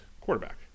quarterback